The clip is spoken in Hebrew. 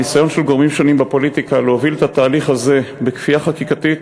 של גורמים שונים בפוליטיקה להוביל את התהליך הזה בכפייה חקיקתית,